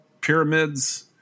pyramids